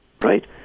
right